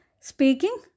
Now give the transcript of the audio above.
speaking